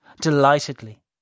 delightedly